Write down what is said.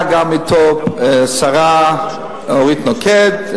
אתו היו גם השרה אורית נוקד,